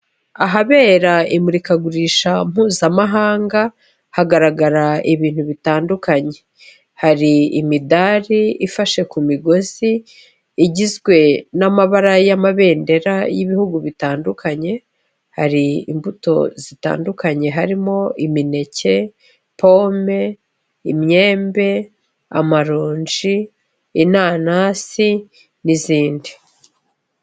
Ahabera imurikagurisha mpuzamahanga hagaragara ibintu bitandukanye: hari imidari ifashe ku migozi igizwe n'amabara y'amabendera y'ibihugu bitandukanye, hari imbuto zitandukanye harimo imineke, pome, imyembe, amaronji, inanasi n'izindi.